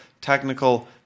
technical